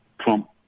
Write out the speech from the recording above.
Trump